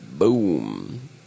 boom